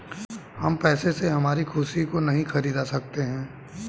हम पैसे से हमारी खुशी को नहीं खरीदा सकते है